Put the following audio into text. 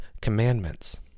commandments